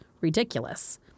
ridiculous